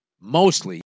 mostly